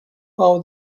out